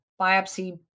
biopsy